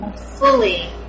fully